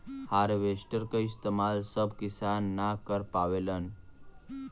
harvester क इस्तेमाल सब किसान न कर पावेलन